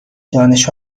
دانش